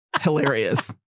hilarious